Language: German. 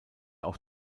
auch